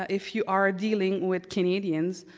if you are dealing with canadians,